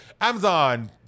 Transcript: Amazon